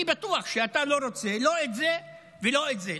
אני בטוח שאתה לא רוצה לא את זה ולא את זה.